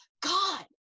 God